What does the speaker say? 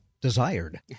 desired